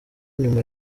nyuma